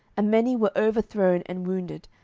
and many were overthrown and wounded,